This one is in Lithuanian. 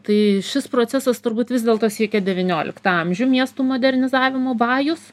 tai šis procesas turbūt vis dėlto siekia devynioliktą amžių miestų modernizavimo vajus